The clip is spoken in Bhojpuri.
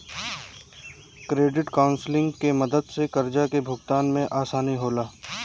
क्रेडिट काउंसलिंग के मदद से कर्जा के भुगतान में आसानी होला